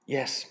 Yes